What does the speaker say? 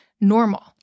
normal